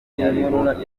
nyabihu